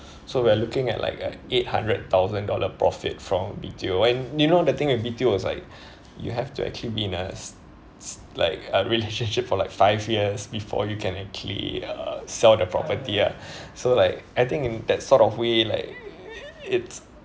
so we're looking at like eight hundred thousand dollar profit from B_T_O and you know the thing with B_T_O is like you have to actually be in s~ s~ like a relationship for like five years before you can actually uh sell the property ah so like I think in that sort of way like it's